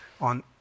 on